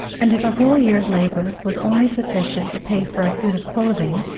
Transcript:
and if a whole year's labor was only sufficient to pay for a suit of clothing,